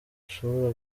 ushobora